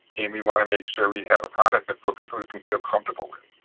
and we want to make sure we have a product but for people and to feel comfortable with.